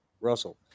Russell